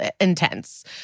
intense